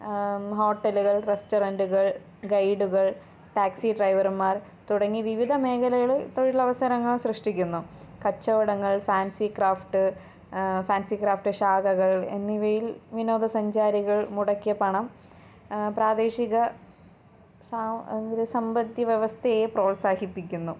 ഹോട്ടലുകൾ റസ്റ്റോറൻറ്റുകൾ ഗൈഡുകൾ ടാക്സി ഡ്രൈവർമാർ തുടങ്ങി വിവിധ മേഖലകളിൽ തൊഴിലവസരങ്ങൾ സൃഷ്ടിക്കുന്നു കച്ചവടങ്ങൾ ഫാൻസി ക്രാഫ്റ്റ് ഫാൻസി ക്രാഫ്റ്റ് ശാഖകൾ എന്നിവയിൽ വിനോദസഞ്ചാരികൾ മുടക്കിയ പണം പ്രാദേശിക സ എന്തൊരു സമ്പദ് വ്യവസ്ഥയെ പ്രോത്സാഹിപ്പിക്കുന്നു